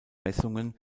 messungen